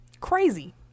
Crazy